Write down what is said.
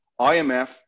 IMF